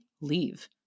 leave